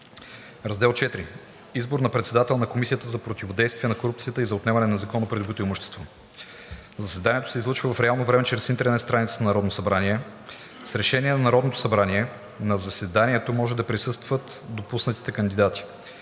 IV. Избор на председател на Комисията за противодействие на корупцията и за отнемане на незаконно придобитото имущество. 1. Заседанието се излъчва в реално време чрез интернет страницата на Народното събрание. С решение на Народното събрание на заседанието може да присъстват допуснатите кандидати.